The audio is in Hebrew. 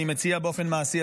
אני מציע באופן מעשי,